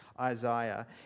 Isaiah